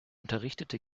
unterrichtete